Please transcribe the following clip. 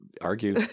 argue